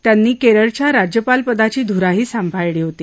त्यांनी केरळच्या राज्यपालपदाची धुराही सांभाळली होती